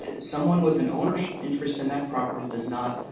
ah someone with an ownership interest in that property does not